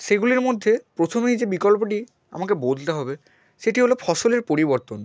সেগুলির মধ্যে প্রথমেই যে বিকল্পটি আমাকে বলতে হবে সেটি হলো ফসলের পরিবর্তন